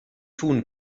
tun